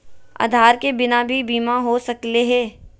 आधार के बिना भी बीमा हो सकले है?